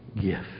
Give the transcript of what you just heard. gift